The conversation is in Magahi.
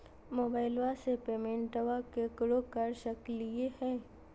मोबाइलबा से पेमेंटबा केकरो कर सकलिए है?